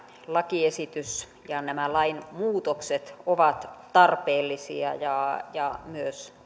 lakiesitys ja nämä lainmuutokset ovat tarpeellisia ja ja myös